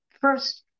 First